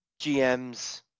GMs